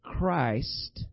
Christ